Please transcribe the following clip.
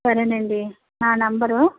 సరే అండి నా నంబరు